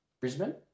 Brisbane